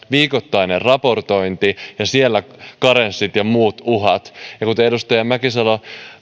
viikoittainen raportointi ja karenssit ja muut uhat ja kuten edustaja mäkisalo